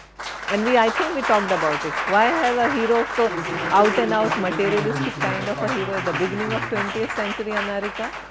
and we, i think we talked about it. why have a hero so out and out materialistic kind of hero at the beginning of twentieth century america?